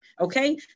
Okay